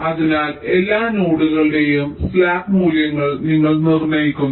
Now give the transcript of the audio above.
അതിനാൽ എല്ലാ നോഡുകളുടെയും സ്ലാക്ക് മൂല്യങ്ങൾ നിങ്ങൾ നിർണ്ണയിക്കുന്നു